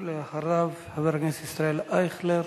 אחריו, חבר הכנסת ישראל אייכלר.